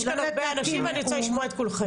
יש כאן הרבה אנשים ואני רוצה לשמוע את כולכם.